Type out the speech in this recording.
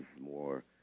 more